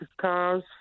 cars